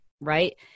right